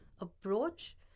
approach